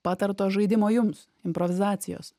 patarto žaidimo jums improvizacijos